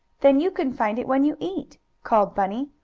then you can find it when you eat, called bunny.